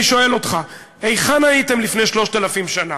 אני שואל אותך, היכן הייתם לפני 3,000 שנה?